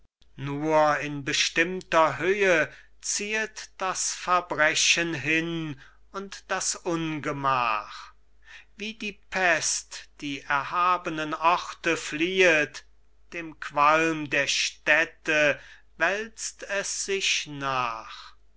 nur in bestimmter höhe ziehet das verbrechen hin und das ungemach wie die pest die erhabnen orte fliehet dem qualm der städte wälzt es sich nach